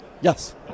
Yes